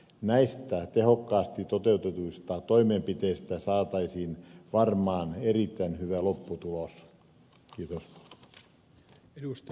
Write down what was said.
näistä tehokkaasti toteutetuista toimenpiteistä saataisiin varmaan erittäin hyvä lopputulos